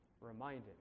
reminded